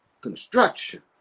construction